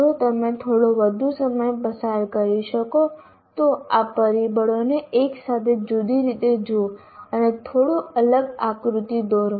જો તમે થોડો વધુ સમય પસાર કરી શકો તો આ પરિબળોને એકસાથે જુદી રીતે જુઓ અને થોડો અલગ આકૃતિ દોરો